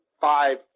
five –